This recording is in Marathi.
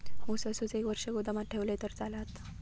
ऊस असोच एक वर्ष गोदामात ठेवलंय तर चालात?